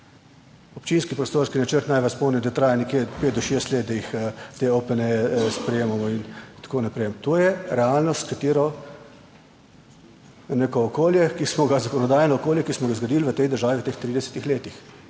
Občinski prostorski načrt, naj vas spomnim, da traja nekje pet do šest let, da jih te opne sprejemamo in tako naprej. To je realnost, s katero je neko zakonodajno okolje, ki smo ga zgradili v tej državi v teh 30 letih.